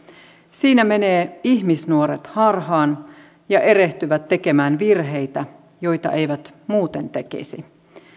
siinä menee ihmisnuoret harhaan ja erehtyy tekemään virheitä joita eivät muuten tekisi